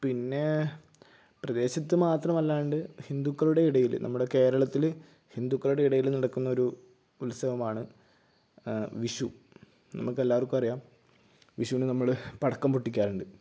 പിന്നെ പ്രദേശത്ത് മാത്രമല്ലാതെ ഹിന്ദുക്കളുടെ ഇടയിൽ നമ്മുടെ കേരളത്തിൽ ഹിന്ദുക്കളുടെ ഇടയിൽ നടക്കുന്ന ഒരു ഉത്സവമാണ് വിഷു നമുക്ക് എല്ലാവർക്കുമറിയാം വിഷുവിന് നമ്മൾ പടക്കം പൊട്ടിക്കാറുണ്ട്